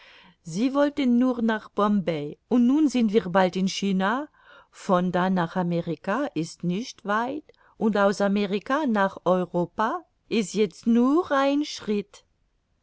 sie wollten nur nach bombay und nun sind wir bald in china von da nach amerika ist nicht weit und aus amerika nach europa ist jetzt nur ein